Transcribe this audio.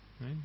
right